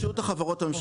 רשות החברות הממשלתיות.